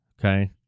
Okay